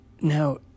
now